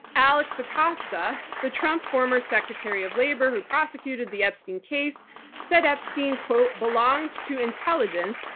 alex acosta, the trump former secretary of labor who prosecuted the epstein case said, epstein belonged to intelligence,